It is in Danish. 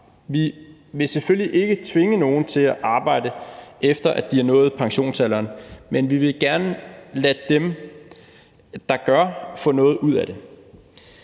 Vi vil selvfølgelig ikke tvinge nogen til at arbejde, efter de har nået pensionsalderen, men vi vil gerne lade dem, der gør, få noget ud af det.